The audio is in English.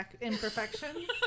imperfections